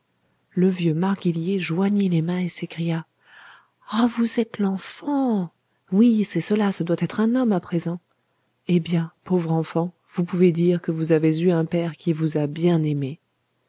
le vieux marguillier joignit les mains et s'écria ah vous êtes l'enfant oui c'est cela ce doit être un homme à présent eh bien pauvre enfant vous pouvez dire que vous avez eu un père qui vous a bien aimé